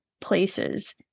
places